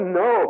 no